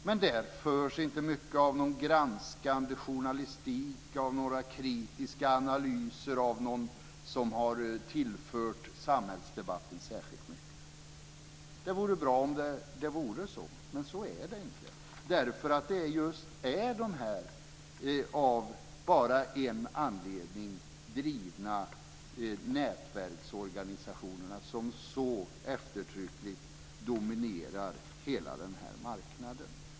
Men det förs inte mycket av någon granskande journalistik eller ges några kritiska analyser av någon som har tillfört samhällsdebatten särskilt mycket. Det vore bra om det vore så, men så är det inte därför att det är just de här, av en anledning drivna nätverksorganisationerna som så eftertryckligt dominerar hela marknaden.